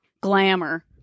Glamour